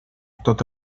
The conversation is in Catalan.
tot